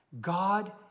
God